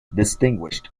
distinguished